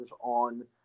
on